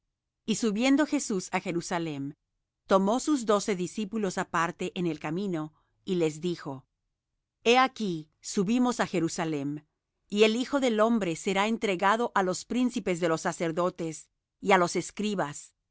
y subiendo jesús á jerusalem tomó sus doce discípulos aparte en el camino y les dijo he aquí subimos á jerusalem y el hijo del hombre será entregado á los principes de los sacerdotes y á los escribas